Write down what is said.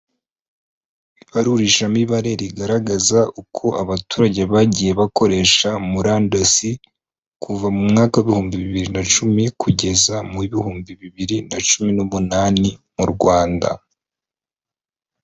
Ibarurishamibare rigaragaza uko abaturage bagiye bakoresha murandasi ,kuva mu mwaka W'ibihumbi bibiri na cumi kugeza mu bihumbi bibiri na cumi n'umunani mu Rwanda.